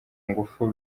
ngufu